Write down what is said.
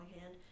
hand